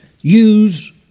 use